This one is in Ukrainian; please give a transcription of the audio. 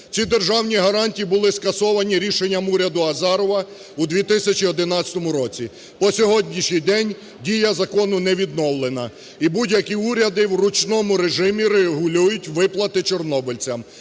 Ці державні гарантії були скасовані рішенням уряду Азарова у 2011 році. По сьогоднішній день дія закону не відновлена, і будь-які уряди в ручному режимі регулюють виплати чорнобильцям.